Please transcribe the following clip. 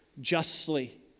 justly